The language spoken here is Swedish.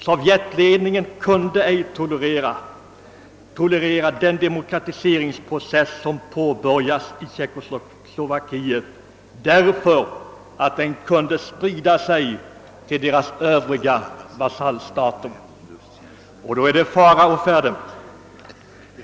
Sovjetledningen kunde ej tolerera den demokratiseringsprocess som påbörjats i Tjeckoslovakien, därför att den kunde ha spritt sig till Sovjetunionens övriga vasallstater, och då vore det fara å färde.